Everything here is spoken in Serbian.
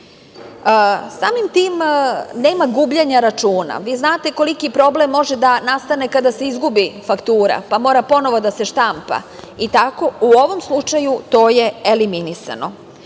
tim nema gubljenja računa. Vi znate koliki problem može da nastane kada se izgubi faktura, pa mora ponovo da se štampa i tako u ovom slučaju to je eliminisano.